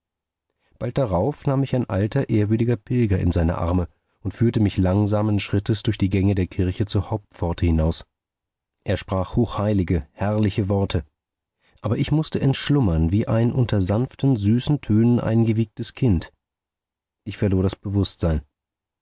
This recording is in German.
bald darauf nahm mich ein alter ehrwürdiger pilger in seine arme und führte mich langsamen schrittes durch die gänge der kirche zur hauptpforte hinaus er sprach hochheilige herrliche worte aber ich mußte entschlummern wie ein unter sanften süßen tönen eingewiegtes kind ich verlor das bewußtsein